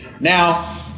Now